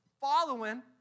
following